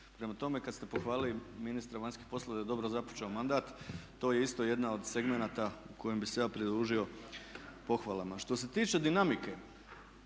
Prema tome, kad ste pohvalili ministra vanjskih poslova da je dobro započeo mandat to je isto jedan od segmenata kojem bih se ja pridružio u pohvalama. Što se tiče dinamike